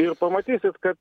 ir pamatysit kad